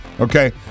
Okay